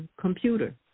computer